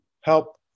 help